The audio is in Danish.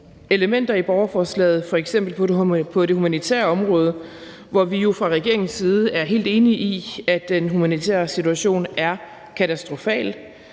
elementer i borgerforslaget, f.eks. på det humanitære område. Vi er jo fra regeringens side helt enige i, at den humanitære situation er katastrofal.